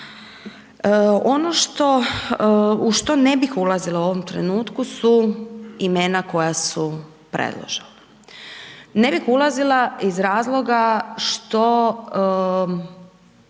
u što ne bih ulazila u ovom trenutku su imena koja su predložena. Ne bih ulazila iz razloga što